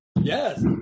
yes